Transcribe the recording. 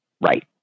Right